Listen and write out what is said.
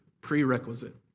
prerequisite